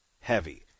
heavy